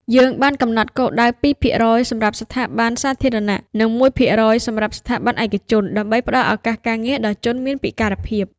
យើងបានកំណត់គោលដៅ ២ ភាគរយសម្រាប់ស្ថាប័នសាធារណៈនិង ១ ភាគរយសម្រាប់ស្ថាប័នឯកជន ដើម្បីផ្តល់ឱកាសការងារដល់ជនមានពិការភាព”។